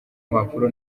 mpapuro